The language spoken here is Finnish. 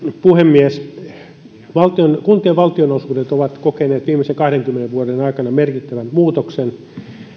puhemies kuntien valtionosuudet ovat kokeneet viimeisen kahdenkymmenen vuoden aikana merkittävän muutoksen